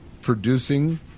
producing